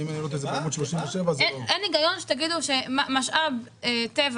אם אני לא טועה זה בעמוד 37 --- אין היגיון שתגידו שמשאב טבע,